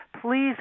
please